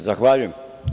Zahvaljujem.